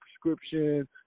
prescription